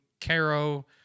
Caro